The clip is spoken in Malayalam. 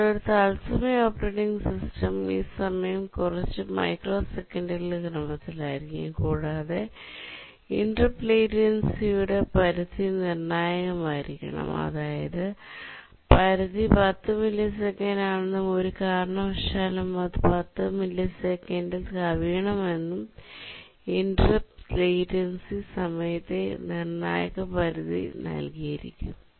എന്നാൽ ഒരു തത്സമയം ഓപ്പറേറ്റിംഗ് സിസ്റ്റം ഈ സമയം കുറച്ച് മൈക്രോസെക്കൻഡുകളുടെ ക്രമത്തിലായിരിക്കണം കൂടാതെ ഇന്ററപ്റ്റ് ലേറ്റൻസിയുടെ പരിധി നിർണ്ണായകമായിരിക്കണം അതായത് പരിധി 10 മില്ലിസെക്കൻഡാണെന്നും ഒരു കാരണവശാലും അത് 10 മില്ലിസെക്കൻഡിൽ കവിയണമെന്നും ഇന്ററപ്റ്റ് ലേറ്റൻസി സമയത്തെ നിർണ്ണായക പരിധി നൽകിയിരിക്കുന്നു